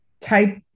type